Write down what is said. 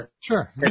Sure